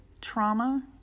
trauma